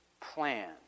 plan